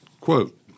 Quote